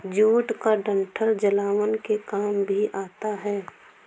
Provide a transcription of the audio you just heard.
jute का डंठल जलावन के काम भी आता है